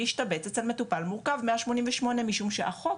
להשתבץ אצל מטופל מורכב 188. משום שהחוק,